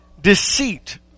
deceit